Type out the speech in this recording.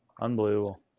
unbelievable